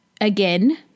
again